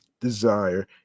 desire